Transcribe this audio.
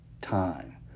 time